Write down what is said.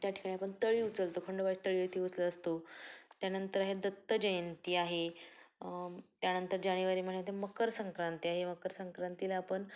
त्या ठिकाणी आपण तळी उचलतो खंडोबा तळी ती उचलत असतो त्यानंतर आहे दत्त जयंती आहे त्यानंतर जानेवारी महिन्यात मकरसंक्रांती आहे मकरसंक्रांतीला आपण